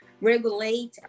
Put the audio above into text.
regulate